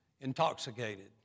intoxicated